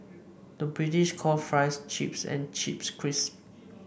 the British calls fries chips and chips crisps